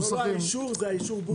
זה לא האישור, זה האישור בול.